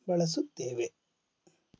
ಬಳಸುತ್ತೇವೆ